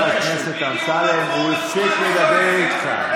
הכנסת אמסלם, הוא הפסיק לדבר איתך.